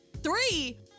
Three